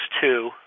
two